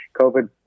COVID